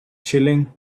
chilling